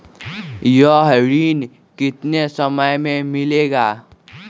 यह ऋण कितने समय मे मिलेगा?